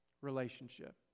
Relationship